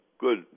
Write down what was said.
good